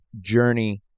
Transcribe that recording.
journey